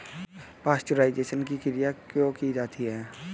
Pasteurisation की क्रिया क्यों की जाती है?